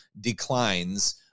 declines